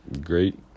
great